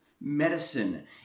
medicine